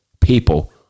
people